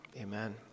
amen